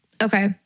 Okay